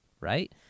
right